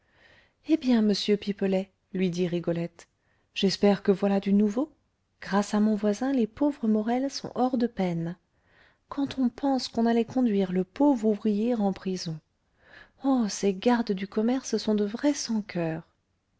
eh bien monsieur pipelet lui dit rigolette j'espère que voilà du nouveau grâce à mon voisin les pauvres morel sont hors de peine quand on pense qu'on allait conduire le pauvre ouvrier en prison oh ces gardes du commerce sont de vrais